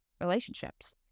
relationships